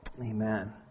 Amen